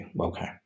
okay